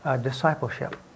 discipleship